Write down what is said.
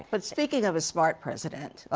but speaking of a smart president,